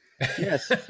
Yes